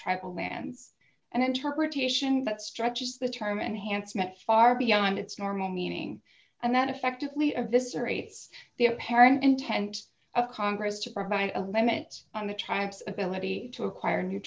tribal lands and interpretation that stretches the term enhancement far beyond its normal meaning and that effectively eviscerates the apparent intent of congress to provide a limit on the tribes ability to acquire new